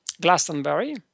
glastonbury